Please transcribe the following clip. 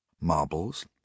Marbles